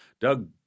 Doug